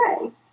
okay